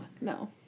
No